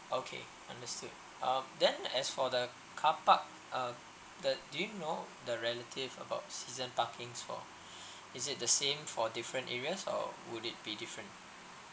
okay understood um then as for the carpark uh the do you know the relative about season parking for is it the same for different areas or would it be different